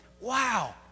Wow